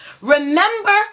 remember